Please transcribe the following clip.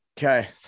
okay